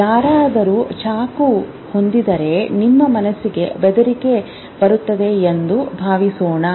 ಯಾರಾದರೂ ಚಾಕು ಹೊಂದಿದ್ದರೆ ನಿಮ್ಮ ಮನಸ್ಸಿಗೆ ಬೆದರಿಕೆ ಬರುತ್ತದೆ ಎಂದು ಭಾವಿಸೋಣ